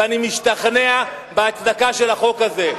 ואני משתכנע בהצדקה של החוק הזה.